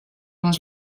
les